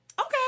okay